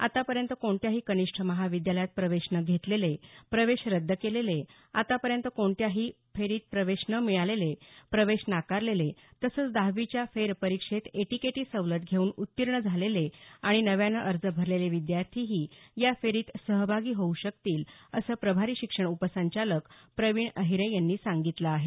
आतापर्यंत कोणत्याही कनिष्ठ महाविद्यालयात प्रवेश न घेतलेले प्रवेश रद्द केलेले आतापर्यंत कोणत्याही फेरीत प्रवेश न मिळालेले प्रवेश नाकारलेले तसंच दहावीच्या फेरपरीक्षेत एटीकेटी सवलत घेऊन उत्तीर्ण झालेले आणि नव्याने अर्ज भरलेले विद्यार्थीही या फेरीत सहभागी होऊ शकतील असं प्रभारी शिक्षण उपसंचालक प्रवीण अहिरे यांनी सांगितलं आहे